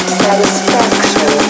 satisfaction